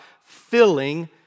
filling